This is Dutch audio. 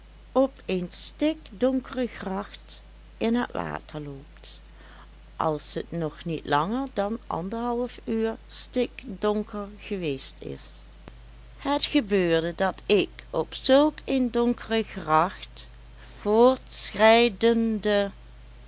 op een stikdonkere gracht in het water loopt als het nog niet langer dan anderhalf uur stikdonker geweest is het gebeurde dat ik op zulk een donkere gracht voortschrijdende